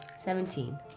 Seventeen